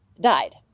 died